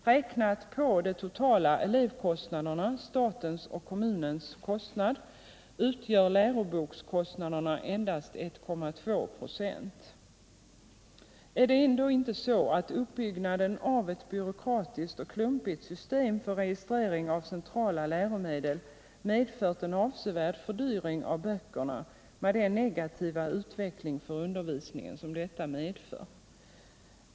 Räknat på de totala elevkostnaderna — statens och kommunernas kostnader — utgör lärobokskostnaderna endast 1,2 26. Är det ändå inte så att uppbyggnaden av ett byråkratiskt och klumpigt system för registrering av centrala läromedel medfört en avsevärd fördyring av böckerna med den negativa utveckling för undervisningen som detta innebär?